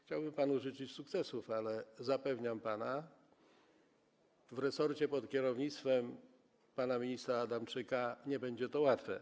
Chciałbym panu życzyć sukcesów, ale zapewniam pana - w resorcie pod kierownictwem pana ministra Adamczyka nie będzie to łatwe.